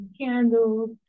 candles